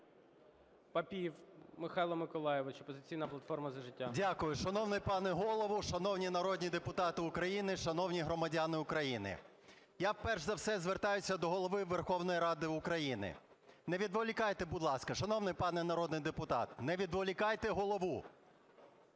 Папієв Михайло Миколайович, "Опозиційна платформа - За життя" . 11:05:20 ПАПІЄВ М.М. Дякую. Шановний пане Голово! Шановні народні депутати України! Шановні громадяни України! Я перш за все звертаюсь до Голови Верховної Ради України. Не відволікайте, будь ласка, шановний пане народний депутат, не відволікайте Голову!